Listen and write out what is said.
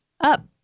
Up